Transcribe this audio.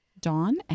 Dawn